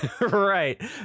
Right